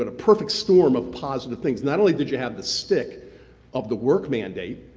ah perfect storm of positive things. not only did you have the stick of the work mandate,